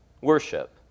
worship